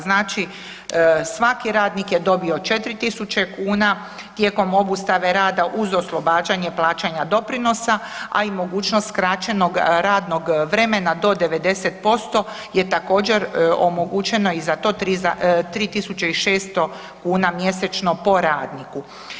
Znači svaki radnik je dobio 4.000 kuna tijekom obustave rada uz oslobađanje plaćanja doprinosa, a i mogućnost skraćenog radnog vremena do 90% je također omogućeno i za to 3.600 kuna mjesečno po radniku.